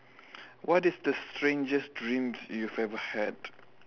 what is the strangest dreams you ever had